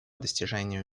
достижению